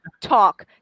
talk